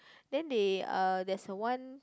then they there's the one